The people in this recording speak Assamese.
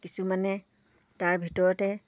কিছুমানে তাৰ ভিতৰতে